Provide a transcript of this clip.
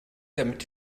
damit